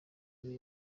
muri